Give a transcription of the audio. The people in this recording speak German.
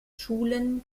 schulen